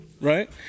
right